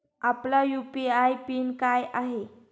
आपला UPI PIN काय आहे?